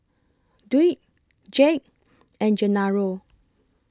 Dwight Jake and Genaro